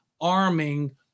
arming